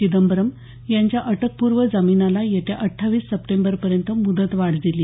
चिदंबरम यांच्या अटकपूर्व जामिनाला येत्या अट्ठावीस सप्टेंबरपर्यंत मुदतवाढ दिली